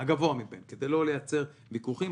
מביניהם כדי לא לייצר ויכוחים.